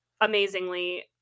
amazingly